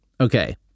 Okay